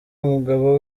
umugabo